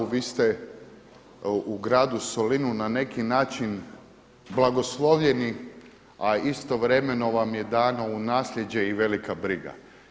Vi ste u gradu Solinu na neki način blagoslovljeni, a istovremeno vam je dano u nasljeđe i velika briga.